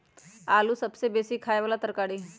आलू सबसे बेशी ख़ाय बला तरकारी हइ